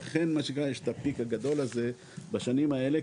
ולכן יש את הפיק הגדול הזה בשנים האלה,